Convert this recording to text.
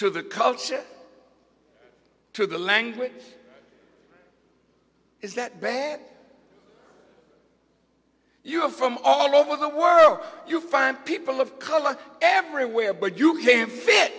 to the culture to the language is that bad you are from all over the world you find people of color everywhere but you ca